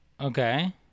Okay